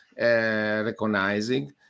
recognizing